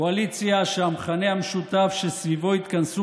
קואליציה שהמכנה המשותף שסביבו התכנסו